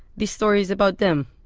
this story is about them.